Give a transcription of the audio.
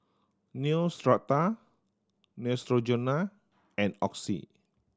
Neostrata Neutrogena and Oxy